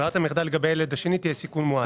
ברירת המחדל לגבי הילד השני תהיה סיכון מועט.